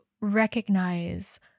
recognize